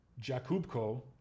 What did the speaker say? Jakubko